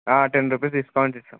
ten rupees discount ఇస్తాం